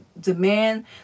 demand